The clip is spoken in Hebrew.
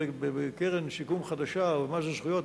"קרן שיקום חדשה" או מה זה "זכויות",